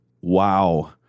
wow